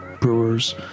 brewers